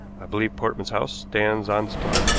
i believe portman's house stands on this plot.